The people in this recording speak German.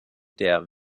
der